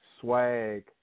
Swag